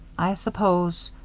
i suppose